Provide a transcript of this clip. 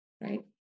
right